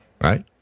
Right